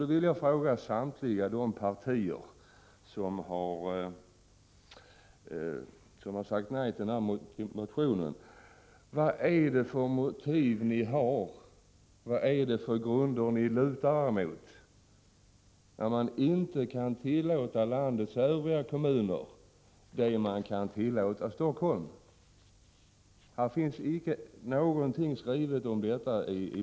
Jag vill därför fråga samtliga de partier som har sagt nej till motionen: Vad är det för motiv ni har, vad är det för grunder ni lutar er mot, när ni inte kan tillåta landets övriga kommuner det man kan tillåta Helsingfors? I betänkandet finns icke någonting skrivet om detta.